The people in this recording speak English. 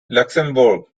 luxembourg